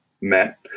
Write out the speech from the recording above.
met